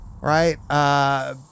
Right